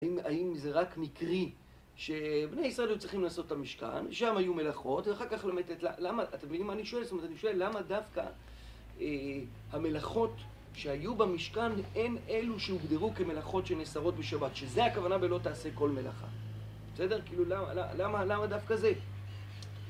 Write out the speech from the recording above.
האם זה רק מקרי, שבני ישראל היו צריכים לעשות את המשכן, שם היו מלאכות, ולאחר כך למתת למה, אתם מבינים מה אני שואל, זאת אומרת אני שואל למה דווקא המלאכות שהיו במשכן הן אלו שהוגדרו כמלאכות שנשרות בשבת, שזה הכוונה בלא תעשה כל מלאכה, בסדר, כאילו למה דווקא זה